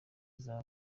kuzaba